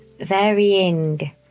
varying